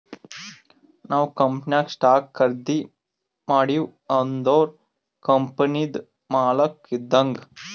ನಾವ್ ಕಂಪನಿನಾಗ್ ಸ್ಟಾಕ್ ಖರ್ದಿ ಮಾಡಿವ್ ಅಂದುರ್ ಕಂಪನಿದು ಮಾಲಕ್ ಇದ್ದಂಗ್